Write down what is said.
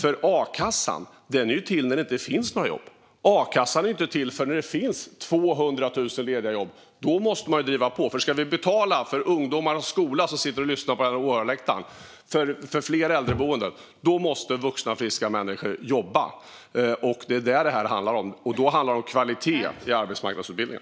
A-kassan är till för när det inte finns några jobb. A-kassan är inte till för när det finns 200 000 lediga jobb. Då måste man driva på. Om vi ska betala för skolan, för bland annat de ungdomar som sitter på åhörarläktaren och lyssnar, och för fler äldreboenden måste vuxna, friska människor jobba. Det är vad det handlar om. Då handlar det om kvalitet i arbetsmarknadsutbildningen.